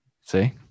See